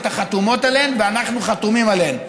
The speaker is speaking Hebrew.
החתומות עליהן ואנחנו חתומים עליהן.